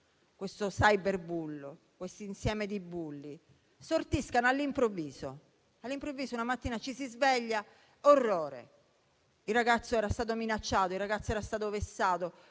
questo cyberbullo, questo insieme di bulli, escano fuori all'improvviso. Una mattina ci si sveglia e: orrore! Il ragazzo era stato minacciato. Il ragazzo era stato vessato.